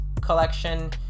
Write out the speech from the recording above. collection